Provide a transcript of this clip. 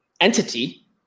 entity